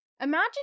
imagine